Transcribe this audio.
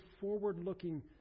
forward-looking